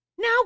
Now